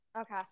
Okay